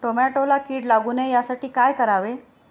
टोमॅटोला कीड लागू नये यासाठी काय करावे?